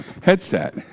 headset